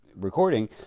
recording